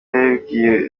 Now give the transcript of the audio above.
babibwiwe